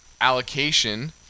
allocation